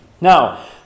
Now